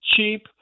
cheap